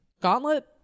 Gauntlet